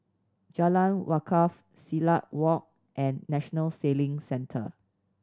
Jalan Wakaff Silat Walk and National Sailing Centre